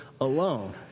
alone